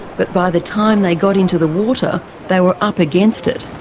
but by the time they got into the water they were up against it.